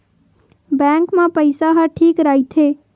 Bank मा पईसा ह ठीक राइथे?